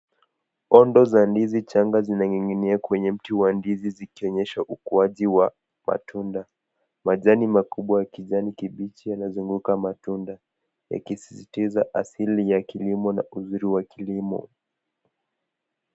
Ondo za ndizi changa zinaning'inia kwenye mti wa ndizi zikionyesha ukuaji wa matunda. Majani makubwa ya kijani kibichi yanazunguka matunda yakisisitiza asili ya kilimo na uzuri wa kilimo.